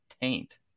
taint